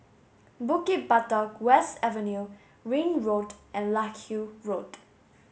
Bukit Batok West Avenue Ring Road and Larkhill Road